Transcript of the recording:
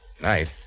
Night